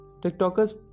TikTokers